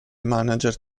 manager